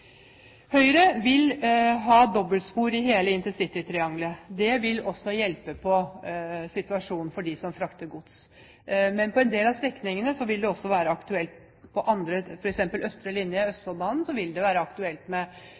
Høyre vil ha dobbeltspor i hele intercitytrianglet. Det vil også hjelpe på situasjonen for dem som skal fraktes. På en del av strekningene, f.eks. Østfoldbanen, vil det også være aktuelt med fire nye krysningsspor, som vil være god hjelp for dem som transporterer gods. Men det